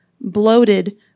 bloated